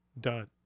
done